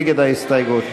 ההסתייגות?